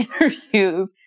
interviews